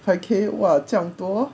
five K !wah! 这样多